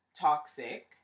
toxic